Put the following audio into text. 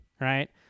right